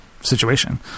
situation